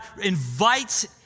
invites